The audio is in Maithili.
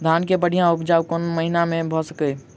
धान केँ बढ़िया उपजाउ कोण महीना मे भऽ सकैय?